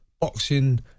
boxing